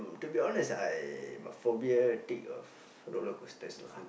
to be honest I got phobia take of roller coasters lah